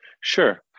Sure